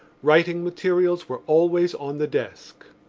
writing materials were always on the desk.